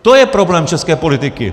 To je problém české politiky!